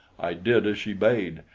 i did as she bade,